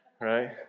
right